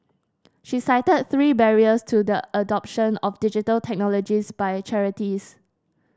she cited three barriers to the adoption of Digital Technologies by charities